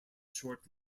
short